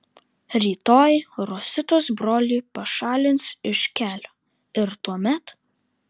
rytoj rositos brolį pašalins iš kelio ir tuomet